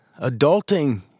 adulting